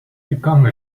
become